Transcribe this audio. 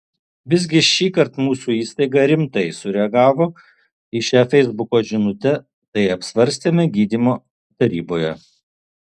visgi šįkart mūsų įstaiga rimtai sureagavo į šią feisbuko žinutę tai apsvarstėme gydymo taryboje